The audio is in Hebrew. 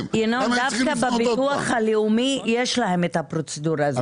דווקא בביטוח הלאומי יש להם את הפרוצדורה הזאת.